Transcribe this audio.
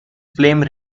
flame